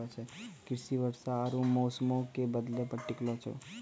कृषि वर्षा आरु मौसमो के बदलै पे टिकलो छै